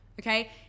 Okay